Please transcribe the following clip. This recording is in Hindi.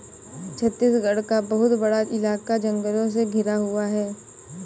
छत्तीसगढ़ का बहुत बड़ा इलाका जंगलों से घिरा हुआ है